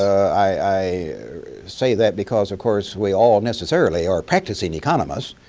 i say that because, of course, we all necessarily are practicing economists,